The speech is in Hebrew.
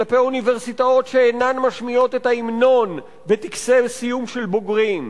כלפי אוניברסיטאות שאינן משמיעות את ההמנון בטקסי סיום של בוגרים,